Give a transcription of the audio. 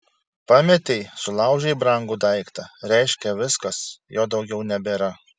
pametei sulaužei brangų daiktą reiškia viskas jo daugiau nebėra